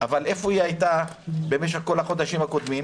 אבל איפה היא הייתה במשך כל החודשים הקודמים?